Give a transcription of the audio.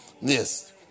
Yes